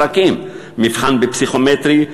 מבחן בפסיכומטרי,